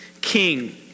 King